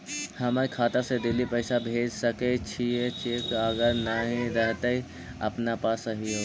हमर खाता से दिल्ली पैसा भेज सकै छियै चेक अगर नय रहतै अपना पास अभियोग?